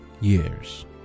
Years